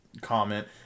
comment